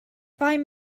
find